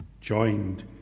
joined